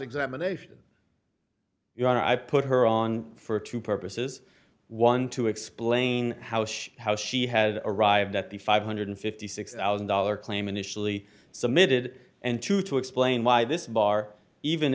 examination you know i put her on for two purposes one to explain how she how she has arrived at the five hundred and fifty six thousand dollars claim initially submitted and to to explain why this bar even